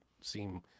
seem